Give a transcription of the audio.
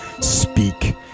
speak